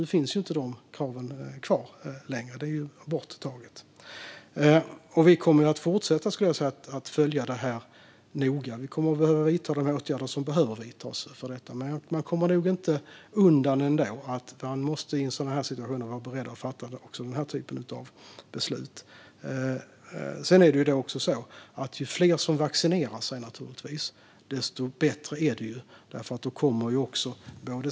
Nu finns dessa krav inte längre kvar; de är borttagna. Vi kommer att fortsätta följa det här noga. Vi kommer att vidta de åtgärder som behöver vidtas för detta. Man kommer nog inte undan att man i sådana här situationer måste vara beredd att fatta också den här typen av beslut. Det är naturligtvis också så att det är bättre ju fler som vaccinerar sig.